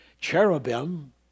cherubim